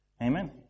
Amen